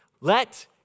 Let